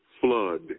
flood